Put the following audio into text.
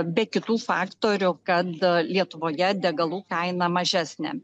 be kitų faktorių kad lietuvoje degalų kaina mažesnė